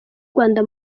rwanda